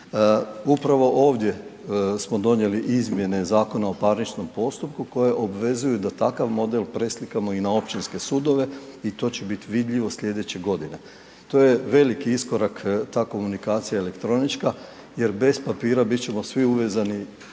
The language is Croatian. Upravo ovdje smo donijeli Izmjene Zakona o parničnom postupku koje obvezuju da takav model preslikamo i na općinske sudove i to će biti vidljivo slijedeće godine. To je veliki iskorak ta komunikacija elektronička jer bez papira bit ćemo svi uvezani